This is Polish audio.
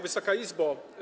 Wysoka Izbo!